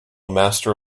master